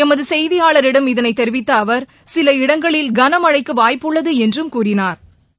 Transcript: எமதுசெய்தியாளரிடம் இதனைத் தெரிவித்தஅவர் சில இடங்களில் கனமழைக்குவாய்ப்புள்ளதுஎன்றும் கூறினாா்